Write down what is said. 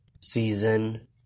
season